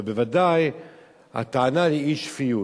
אבל בוודאי הטענה היא אי-שפיות.